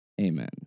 Amen